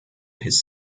his